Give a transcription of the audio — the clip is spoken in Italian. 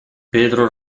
pedro